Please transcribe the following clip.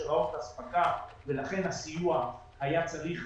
שרשראות אספקה ולכן הסיוע היה צריך